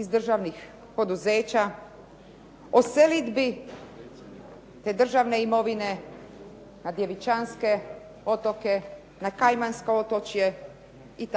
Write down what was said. iz državnih poduzeća, o selidbi te državne imovine na Djevičanske otoke na Kajmanske otoke i